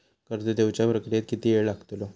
कर्ज देवच्या प्रक्रियेत किती येळ लागतलो?